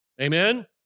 Amen